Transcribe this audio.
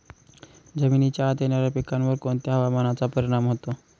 जमिनीच्या आत येणाऱ्या पिकांवर कोणत्या हवामानाचा परिणाम होतो?